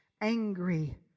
angry